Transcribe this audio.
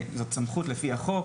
זו סמכות לפי החוק.